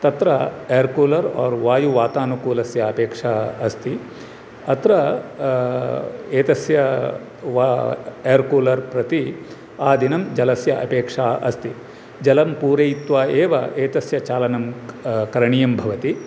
तत्र एर्कूलर् आर् वायुवातानुकूलस्य अपेक्षा अस्ति अत्र एतस्य वा एर्कूलर् प्रति आदिनं जलस्य अपेक्षा अस्ति जलं पूरयित्वा एव एतस्य चालनं करणीयं भवति